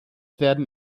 werden